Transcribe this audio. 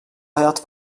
hayat